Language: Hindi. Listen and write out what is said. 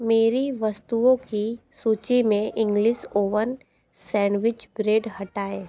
मेरी वस्तुओं की सूची में इंग्लिश ओवन सैंडविच ब्रेड हटाएँ